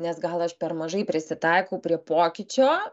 nes gal aš per mažai prisitaikau prie pokyčio